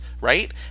right